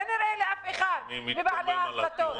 כנראה לאף אחד ממקבלי ההחלטות.